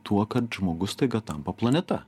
tuo kad žmogus staiga tampa planeta